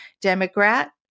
Democrat